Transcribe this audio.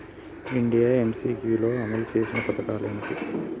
India MCQ లో అమలు చేసిన పథకాలు ఏమిటి?